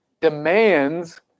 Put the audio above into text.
demands